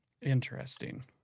Interesting